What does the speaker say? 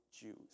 Jews